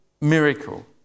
miracle